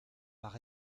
par